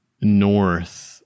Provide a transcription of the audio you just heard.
north